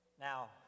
Now